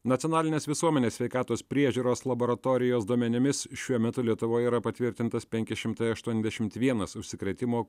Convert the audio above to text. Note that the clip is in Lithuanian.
nacionalinės visuomenės sveikatos priežiūros laboratorijos duomenimis šiuo metu lietuvoje yra patvirtintas penki šimtai aštuoniasdešimt vienas užsikrėtimo